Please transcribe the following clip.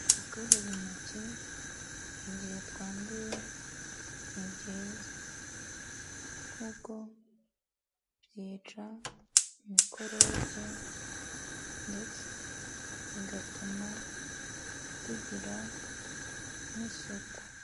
Gukararaba intoki igihe twanduye ni byiza kuko byica mikorope ndetse bigatuma tugira n'isuku.